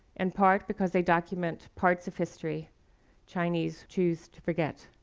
and part because they document parts of history chinese choose to forget.